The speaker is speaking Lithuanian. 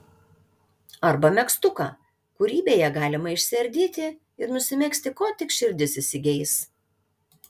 arba megztuką kurį beje galima išsiardyti ir nusimegzti ko tik širdis įsigeis